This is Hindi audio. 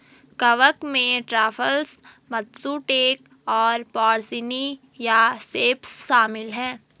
कवक में ट्रफल्स, मत्सुटेक और पोर्सिनी या सेप्स शामिल हैं